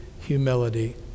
humility